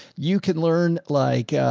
you can learn like, ah,